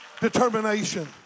Determination